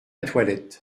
toilette